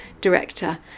director